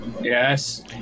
Yes